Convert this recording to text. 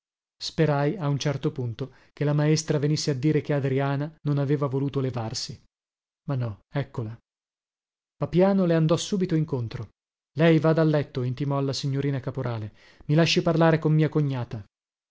sperai a un certo punto che la maestra venisse a dire che adriana non aveva voluto levarsi ma no eccola papiano le andò subito incontro lei vada a letto intimò alla signorina aporale i lasci parlare con mia cognata